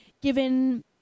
given